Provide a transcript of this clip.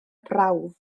prawf